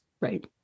Right